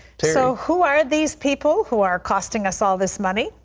so who are these people who are costing us all this money?